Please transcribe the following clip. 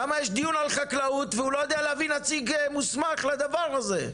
למה יש דיון על חקלאות והוא לא יודע להביא נציג מוסמך לדבר הזה?